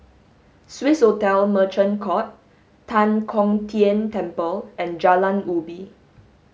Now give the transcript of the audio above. Swissotel Merchant Court Tan Kong Tian Temple and Jalan Ubi